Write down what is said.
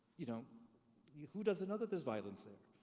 you know yeah who doesn't know that there's violence there?